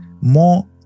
more